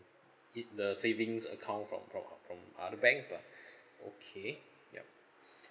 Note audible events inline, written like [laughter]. it the savings account from from from other banks lah [breath] okay yup